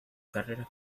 carreras